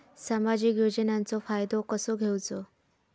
सामाजिक योजनांचो फायदो कसो घेवचो?